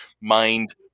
Mind